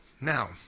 now